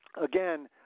again